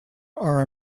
are